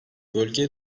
bölge